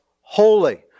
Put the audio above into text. holy